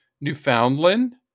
Newfoundland